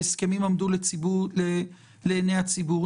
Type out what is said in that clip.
שעמדו לעיני הציבור.